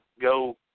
go